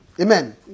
Amen